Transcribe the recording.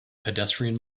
pedestrian